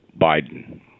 Biden